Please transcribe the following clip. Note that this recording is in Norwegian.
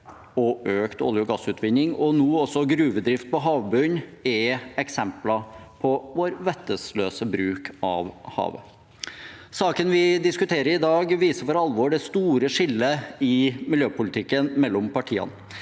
og økt olje- og gassutvinning, og nå også gruvedrift på havbunnen, er eksempler på vår vettløse bruk av havet. Saken vi diskuterer i dag, viser for alvor det store skillet i miljøpolitikken mellom partiene.